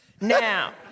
Now